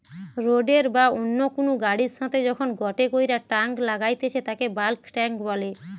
রোডের বা অন্য কুনু গাড়ির সাথে যখন গটে কইরা টাং লাগাইতেছে তাকে বাল্ক টেংক বলে